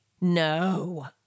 No